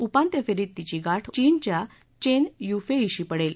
उपांत्य फेरीत तिची गाठ चीनच्या चेन युफेईशी पडेल